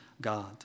God